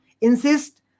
insist